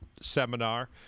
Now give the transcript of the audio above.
seminar